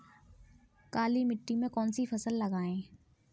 काली मिट्टी में कौन सी फसल लगाएँ?